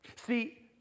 See